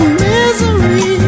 misery